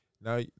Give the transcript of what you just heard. now